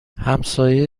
همسایه